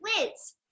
Liz